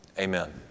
Amen